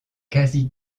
quasi